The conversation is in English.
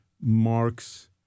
marks